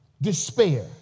despair